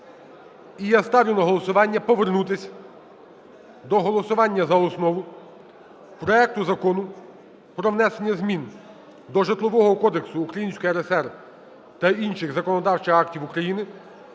І я ставлю на голосування повернутись до голосування за основу проекту Закону про внесення змін до Житлового кодексу Української РСР та інших законодавчих актів України